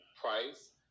price